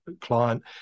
client